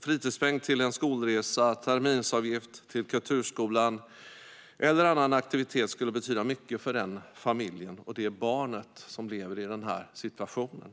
fritidspeng till en skolresa eller terminsavgift till kulturskolan eller annan aktivitet skulle betyda mycket för den familj och det barn som lever i en sådan situation.